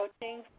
coaching